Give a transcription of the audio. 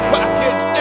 Package